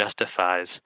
justifies